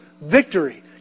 victory